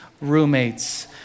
roommates